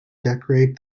decorate